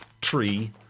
Tree